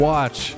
Watch